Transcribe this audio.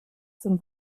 zum